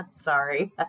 sorry